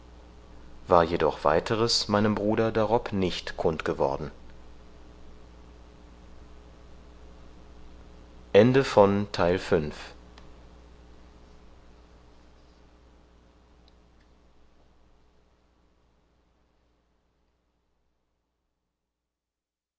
war jedoch weiteres meinem bruder darob nicht kund geworden